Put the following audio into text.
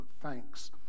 thanks